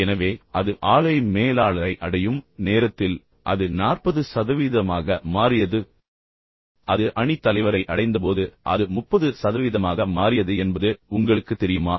எனவே அது ஆலை மேலாளரை அடையும் நேரத்தில் அது 40 சதவீதமாக மாறியது அது அணித் தலைவரை அடைந்தபோது அது 30 சதவீதமாக மாறியது என்பது உங்களுக்குத் தெரியுமா